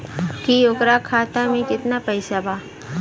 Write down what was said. की ओकरा खाता मे कितना पैसा बा?